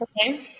Okay